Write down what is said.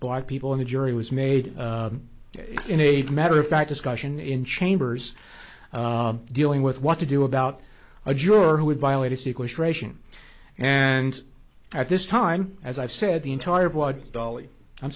black people in the jury was made in a matter of fact discussion in chambers dealing with what to do about a juror who would violate its equilibration and at this time as i said the entire board dolly i'm